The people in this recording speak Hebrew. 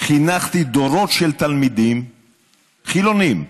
חינכתי דורות של תלמידים חילונים,